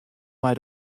mei